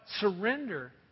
surrender